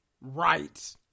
right